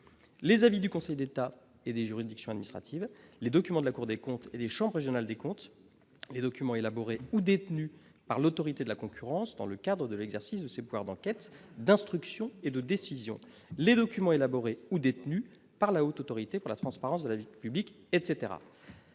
les avis du Conseil d'État et des juridictions Al-Misrati veut les documents de la Cour des comptes et les chambres régionales des comptes et documents élaborés ou détenus par l'Autorité de la concurrence dans le cadre de l'exercice de ses pouvoirs d'enquête d'instruction et de décision, les documents élaborés ou détenus par la Haute autorité pour la transparence de la vie publique, etc,